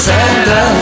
Santa